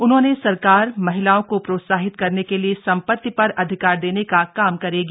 उन्होंने सरकार महिलाओं को प्रोत्साहित करने के लिए संपत्ति पर अधिकार देने का काम करेगी